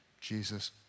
Jesus